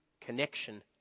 connection